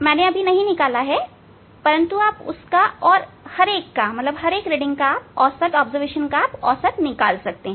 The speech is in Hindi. मैंने नहीं निकाला है परंतु आप उसका और हर एक का औसत निकाल सकते हैं